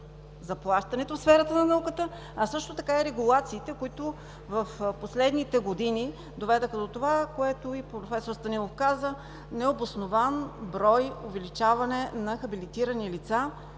заплащането в сферата на науката, а също така регулациите, които в последните години доведоха до това, което и проф. Станилов каза: необоснован брой увеличаване на хабилитирани лица,